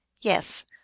yes